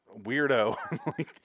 weirdo